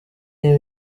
iyi